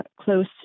close